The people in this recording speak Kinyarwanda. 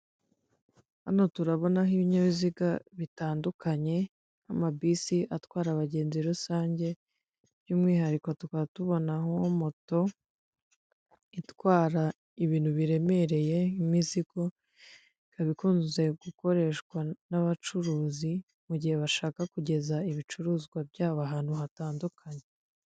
Hano turabonaho ibinyabiziga bitandukanye, amabisi atwara abagenzi rusange, by'umwihariko tukaba tubonaho moto, itwara ibintu biremereye nk'imizigo, ikaba ikunze gukoreshwa n'abacuruzi mu gihe bashaka kugeza ibicuruzwa byabo ahantu hatandukanye.